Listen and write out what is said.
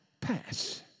pass